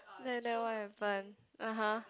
then then what happen (uh huh)